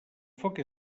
foc